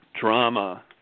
drama